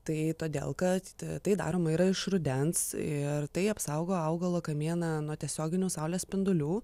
tai todėl kad tai daroma yra iš rudens ir tai apsaugo augalo kamieną nuo tiesioginių saulės spindulių